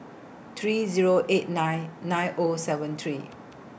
three Zero eight nine nine O seven three